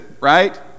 right